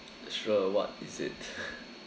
sure what is it